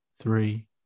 three